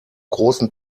großen